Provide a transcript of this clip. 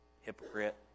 hypocrite